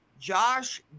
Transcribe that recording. Josh